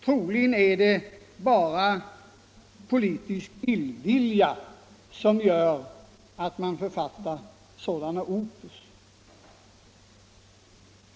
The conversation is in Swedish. Troligen är det bara politisk illvilja som gör att man författar sådana opus.